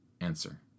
answer